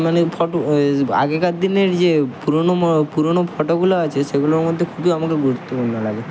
মানে ফটো আগেকার দিনের যে পুরনো পুরনো ফটোগুলো আছে সেগুলোর মধ্যে খুবই আমাকে গুরুত্বপূর্ণ লাগে